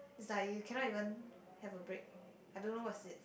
is like you cannot even have a break I don't know what's it